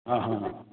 हां हां हां हां